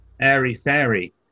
airy-fairy